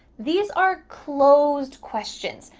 these are closed questions.